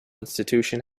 institution